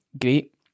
great